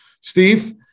Steve